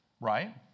Right